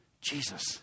Jesus